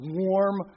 warm